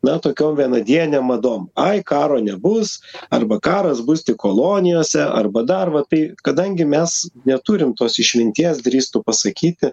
na tokiom vienadienėm madom ai karo nebus arba karas bus tik kolonijose arba dar va tai kadangi mes neturim tos išminties drįstu pasakyti